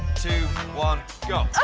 two, one, go.